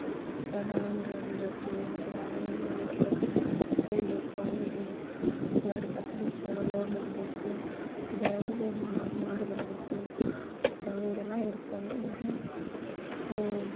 ಮತ್ತೆ ದಾಳಿಂಬೆ ಅರಿಬೇಕು ಮತ್ತೆ ಬಾಳೆಹಣ್ಣು ಗೊನೆ ಕೊಯ್ ಕೊಯ್ಯಬೇಕು ಅವನ್ನು ಗಾಡಿ ಕರ್ಸ್ಬೇಕಾದ್ರೆ ಲೋಡ್ ಮಾಡಬೇಕು ಮತ್ತು ಬೇರೆಯವ್ರಿಗೂ ಮಾರಿ ಬರಬೇಕು ಮತ್ತೆ ಹಾಗೆಲ್ಲ ಇರ್ತವೆ ಮತ್ತು ಹ್ಞೂ